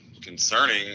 concerning